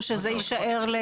או שזה יישאר?